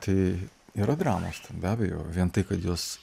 tai yra dramos ten be abejo vien tai kad jos